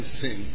sin